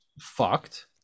fucked